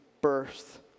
birth